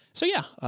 so yeah.